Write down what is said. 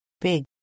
big